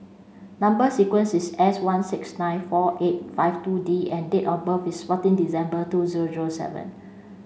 number sequence is S one six nine four eight five two D and date of birth is fourteen December two zero zero seven